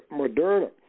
Moderna